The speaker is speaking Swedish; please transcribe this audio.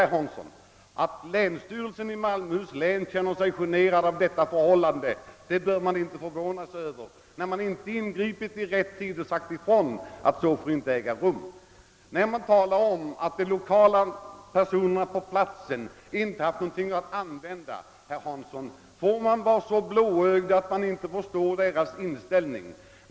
Att länsstyrelsen i Malmöhus län känner sig generad bör man inte förvåna sig över, eftersom den inte ingripit i tid och sagt ifrån att något sådant inte får förekomma. När man säger att de lokala intressenterna inte haft någonting att invända får man inte vara så blåögd att man inte förstår deras inställning.